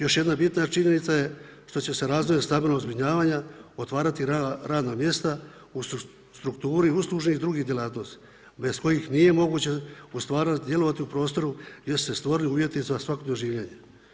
Još jedna bitna činjenica je što će se razvojem stambenog zbrinjavanja otvarati radna mjesta u strukturi uslužnih drugih djelatnosti bez kojih nije moguće u stvarnosti djelovati u prostoru gdje se stvorili uvjeti za svakodnevno življenje.